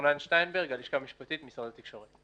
אורנן שטיינברג, מהלשכה המשפטית במשרד התקשורת.